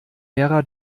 ära